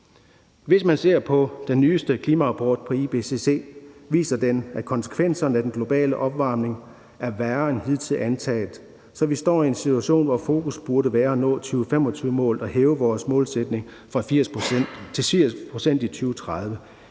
Hvis man ser på den nyeste klimarapport fra IPCC, viser den, at konsekvenserne af den globale opvarmning er værre end hidtil antaget, så vi står i en situation, hvor fokus burde være at nå 2025-målet og hæve vores målsætning til 80 pct. i 2030.